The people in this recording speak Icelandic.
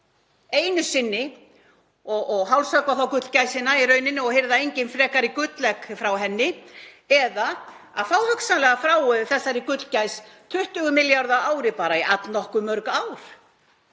einu sinni og hálshöggva þá gullgæsina í rauninni og hirða engin frekari gullegg frá henni, eða að fá hugsanlega frá þessari gullgæs 20 milljarða á ári í allnokkuð mörg ár,